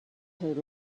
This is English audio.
heard